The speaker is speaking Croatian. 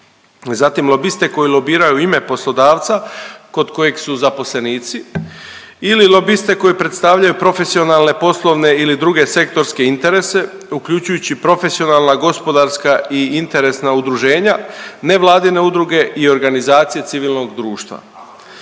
zatim lobiste koji lobiraju ime poslodavca kod kojeg su zaposlenici ili lobiste koji predstavljaju profesionalne, poslovne ili druge sektorske interese, uključujući profesionalna, gospodarska i interesna udruženja, nevladine udruge i organizacije civilnog društva.